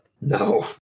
No